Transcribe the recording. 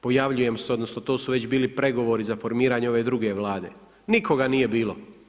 Pojavljujem se, odnosno, to su već bili pregovori za formiranje ove druge vlade, nikoga nije bilo.